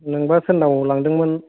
नोंबा सोरनाव लांदोंमोन